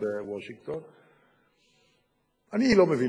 אני חושב